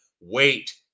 wait